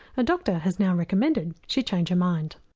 her doctor has now recommended she change her mind.